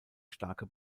starke